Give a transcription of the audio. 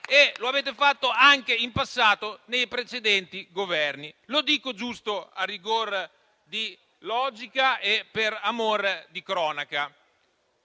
e lo avete fatto anche in passato nei precedenti Governi. Lo dico giusto a rigor di logica e per amor di cronaca.